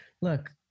Look